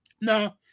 No